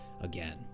again